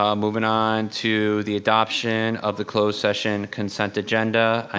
um moving on to the adoption of the closed session consent agenda. i